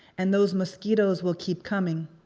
and those mosquitoes will keep coming.